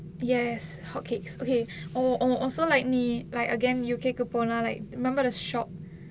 yes hotcakes okay al~ al~also like நீ:nee like again U_K கு போனா:ku ponaa like remember the shop